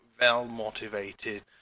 well-motivated